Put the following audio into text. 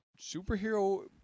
superhero